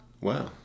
Wow